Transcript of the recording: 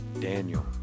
Daniel